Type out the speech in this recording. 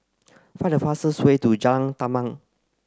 find the fastest way to Jalan Tamban